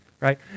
right